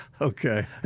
Okay